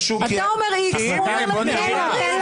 אתה אומר X, והוא אומר דברים אחרים.